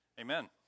Amen